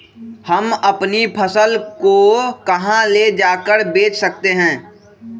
हम अपनी फसल को कहां ले जाकर बेच सकते हैं?